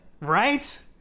Right